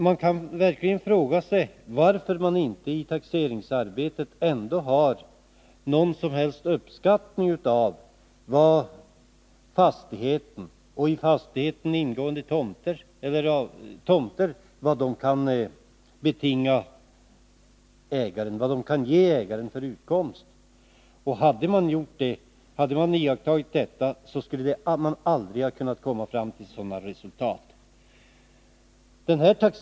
Man kan verkligen fråga sig varför det i taxeringsarbetet inte finns någon som helst uppskattning av vad fastigheten och i fastigheten ingående tomter kan ge ägaren i utkomst. Hade man iakttagit sådana principer skulle man aldrig ha kunnat komma fram till de resultat som nu är aktuella.